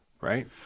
right